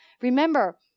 Remember